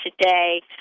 today